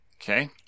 okay